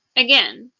again,